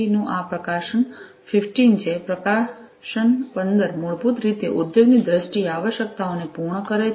નું આ પ્રકાશન 15 છે પ્રકાશન 15 મૂળભૂત રીતે ઉદ્યોગની વિશિષ્ટ આવશ્યકતાઓને પૂર્ણ કરે છે